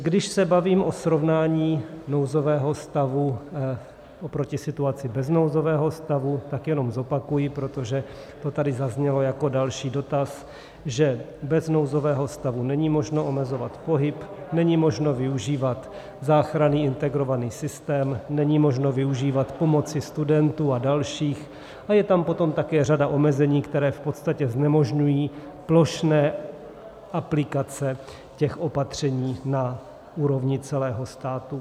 Když se bavím o srovnání nouzového stavu oproti situaci bez nouzového stavu, tak jenom zopakuji, protože to tady zaznělo jako další dotaz, že bez nouzového stavu není možno omezovat pohyb, není možno využívat záchranný integrovaný systém, není možno využívat pomoci studentů a dalších a je tam potom také řada omezení, která v podstatě znemožňují plošné aplikace těch opatření na úrovni celého státu.